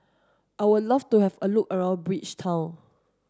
I would love to have a look around Bridgetown